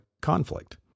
conflict